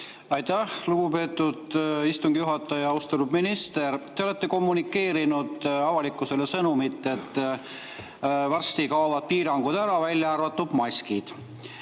Aitäh, lugupeetud istungi juhataja! Austatud minister! Te olete kommunikeerinud avalikkusele sõnumit, et varsti kaovad piirangud ära, välja arvatud maskid.